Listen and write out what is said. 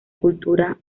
cultura